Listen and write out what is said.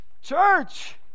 church